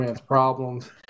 problems